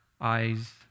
eyes